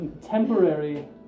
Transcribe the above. temporary